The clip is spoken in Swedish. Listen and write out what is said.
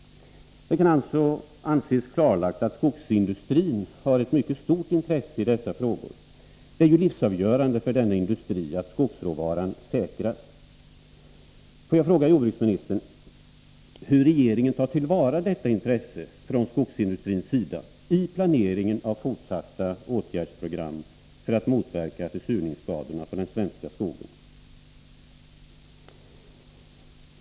Det kan alltså anses klarlagt att skogsindustrin har ett mycket stort intresse i dessa frågor. Det är ju livsavgörande för denna industri att skogsråvaran säkras. Jag vill fråga jordbruksministern hur regeringen tar till vara detta intresse från skogsindustrins sida vid planeringen av fortsatta åtgärdsprogram för att motverka försurningsskadorna på den svenska skogen.